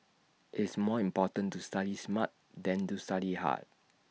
IT is more important to study smart than to study hard